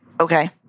okay